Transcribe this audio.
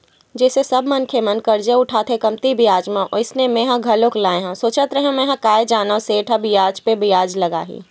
जइसे सब मनखे मन करजा उठाथे कमती बियाज म वइसने मेंहा घलोक लाय हव सोचत रेहेव मेंहा काय जानव सेठ ह बियाज पे बियाज लगाही